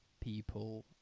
people